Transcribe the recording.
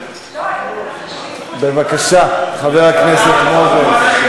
לא, בבקשה, חבר הכנסת מוזס.